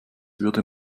würde